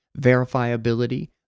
verifiability